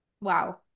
Wow